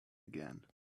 again